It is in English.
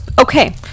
okay